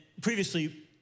previously